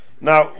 now